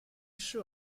sure